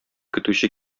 көтүче